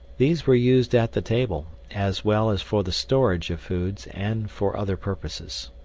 these were used at the table, as well as for the storage of foods, and for other purposes.